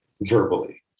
verbally